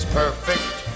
perfect